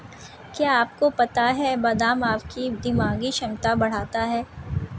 क्या आपको पता है बादाम आपकी दिमागी क्षमता बढ़ाता है?